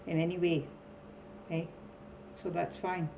in any way K so that's fine